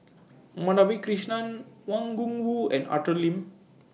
Madhavi Krishnan Wang Gungwu and Arthur Lim